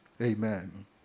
Amen